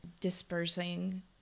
dispersing